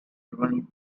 given